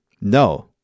No